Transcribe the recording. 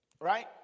Right